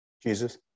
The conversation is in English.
Jesus